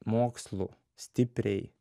mokslu stipriai